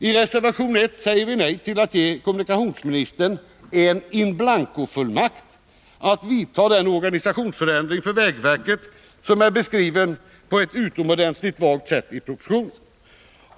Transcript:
I reservation 1 säger vi nej till att ge kommunikationsministern en inblankofullmakt att vidta den organisationsförändring för vägverket som är beskriven på ett utomordentligt vagt sätt i propositionen.